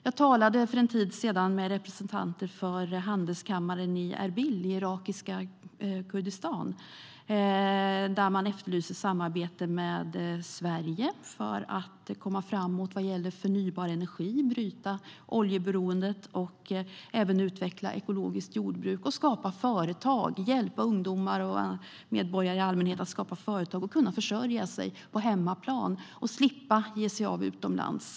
Jag talade för en tid sedan med representanter för handelskammaren i Erbil i irakiska Kurdistan. Där efterlyser man samarbete med Sverige för att komma framåt när det gäller förnybar energi och att bryta oljeberoendet, utveckla ekologiskt jordbruk och hjälpa ungdomar och medborgare i allmänhet att skapa företag, kunna försörja sig på hemmaplan och slippa ge sig av utomlands.